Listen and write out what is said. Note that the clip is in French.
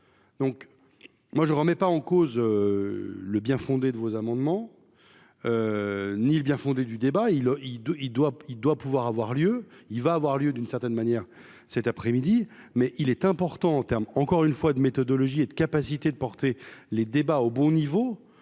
donc moi je remets pas en cause le bien-fondé de vos amendements ni le bien-fondé du débat il il doit il doit il doit pouvoir avoir lieu il va avoir lieu, d'une certaine manière, cet après-midi, mais il est important en termes encore une fois, de méthodologie et de capacité de porter les débats au bon niveau